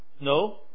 No